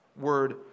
word